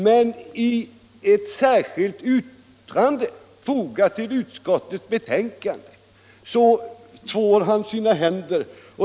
Men i ett särskilt yttrande, fogat till utskottets betänkande, tvår han sina händer.